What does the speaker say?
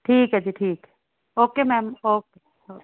ਠੀਕ ਹੈ ਜੀ ਠੀਕ ਹੈ ਓਕੇ ਮੈਮ ਓਕੇ ਓਕੇ